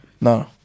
no